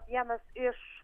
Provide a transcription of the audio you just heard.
vienas iš